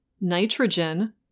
nitrogen